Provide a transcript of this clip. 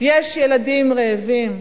יש ילדים רעבים,